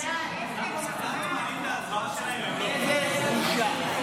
איזה בושה.